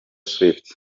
swift